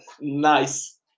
Nice